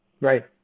Right